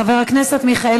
חבר הכנסת מיכאל